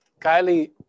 Kylie